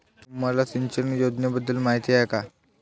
तुम्हाला सिंचन योजनेबद्दल माहिती आहे का?